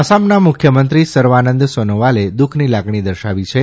આસામના મુખ્યમંત્રી સર્વાનંદ સોનોવાલે દુઃખની લાગણી દર્શાવી છે